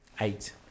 Eight